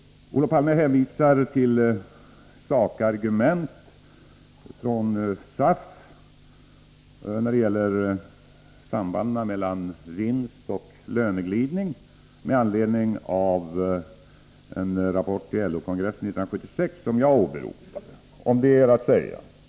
Olof Palme hänvisar till sakargument från SAF när det gäller sambanden mellan vinst och löneglidning - med anledning av en rapport från LO-kongressen 1976 som jag åberopade. Om detta vill jag säga två saker.